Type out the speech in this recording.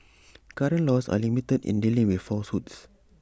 current laws are limited in dealing with falsehoods